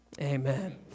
Amen